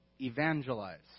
evangelize